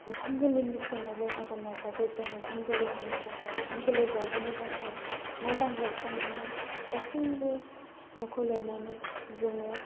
ओंखाम गोरलैनि समावबो आघोन मासावबो जों ओंखाम गोरलै होनो थाखाय ओंखाम गोरलै जाजेननो थाखाय न' बां लिरस्रांनानै गासैबो न'खौ लिरनानै जोङो